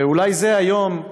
ואולי זה היום,